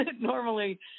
normally